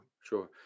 Sure